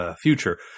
future